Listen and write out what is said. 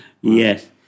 Yes